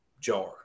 jar